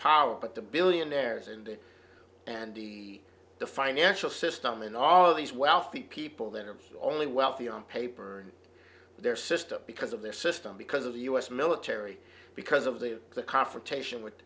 power but the billionaires and and the financial system and all these wealthy people that are only wealthy on paper in their system because of this system because of the u s military because of the confrontation with